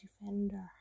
defender